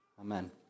amen